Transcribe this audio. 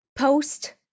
Post